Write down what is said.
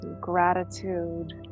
gratitude